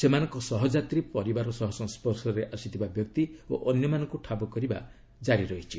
ସେମାନଙ୍କର ସହ ଯାତ୍ରୀ ପରିବାର ସହ ସଂସର୍ଶରେ ଆସିଥିବା ବ୍ୟକ୍ତି ଓ ଅନ୍ୟମାନଙ୍କୁ ଠାବ କରିବା ଜାରି ରହିଛି